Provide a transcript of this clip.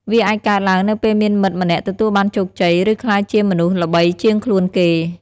វាអាចកើតឡើងនៅពេលមានមិត្តម្នាក់ទទួលបានជោគជ័យ ឬក្លាយជាមនុស្សល្បីជាងខ្លួនគេ។